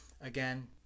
Again